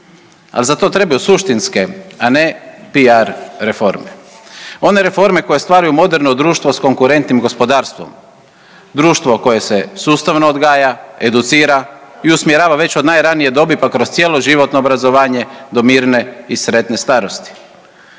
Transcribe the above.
Ali za to trebaju suštinske, a ne PR reforme. One reforme koje stvaraju moderno društvo s konkurentnim gospodarstvom, društvo koje se sustavno odgaja, educira i usmjerava već od najranije dobi pa kroz cjeloživotno obrazovanje do mirne i sretne starosti